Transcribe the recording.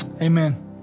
Amen